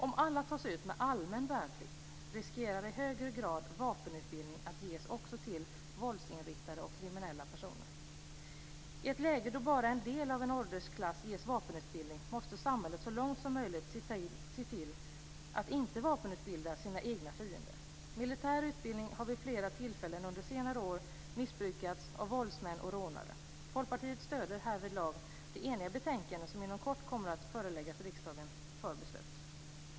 Om alla tas ut med allmän värnplikt riskerar i högre grad vapenutbildning att ges också till våldsinriktade och kriminella personer. I ett läge då bara en del av en åldersklass ges vapenutbildning måste samhället så långt som möjligt se till att inte vapenutbilda sina egna fiender. Militär utbildning har vid flera tillfällen under senare år missbrukats av våldsmän och rånare. Folkpartiet stöder härvidlag det eniga betänkande som inom kort kommer att föreläggas riksdagen för beslut.